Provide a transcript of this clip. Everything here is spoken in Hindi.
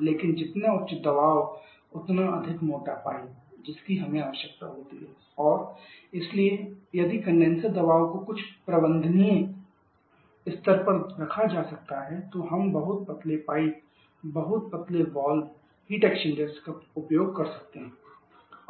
लेकिन जितना उच्च दबाव उतना अधिक मोटा पाइप जिसकी हमें आवश्यकता होती है और इसलिए यदि कंडेनसर दबाव को कुछ प्रबंधनीय स्तर पर रखा जा सकता है तो हम बहुत पतले पाइप बहुत पतले वाल्व हीट एक्सचेंजर्स का उपयोग कर सकते हैं